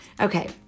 okay